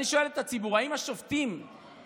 אני שואל את הציבור אם השופטים שכשלו